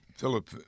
Philip